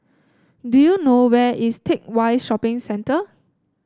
do you know where is Teck Whye Shopping Centre